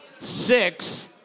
six